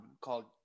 called